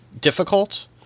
difficult